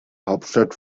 hauptstadt